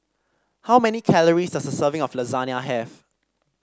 how many calories does a serving of Lasagna have